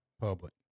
public